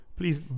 Please